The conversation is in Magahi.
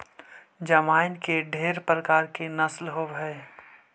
जमाइन के ढेर प्रकार के नस्ल होब हई